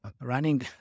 running